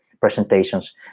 presentations